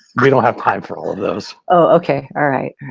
we don't have time for all of those. okay, alright.